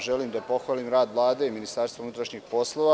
Želim pohvalim rad Vlade i MUP.